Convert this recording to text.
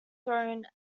thrown